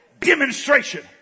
demonstration